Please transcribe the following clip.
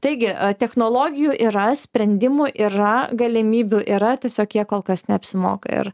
taigi technologijų yra sprendimų yra galimybių yra tiesiog jie kol kas neapsimoka ir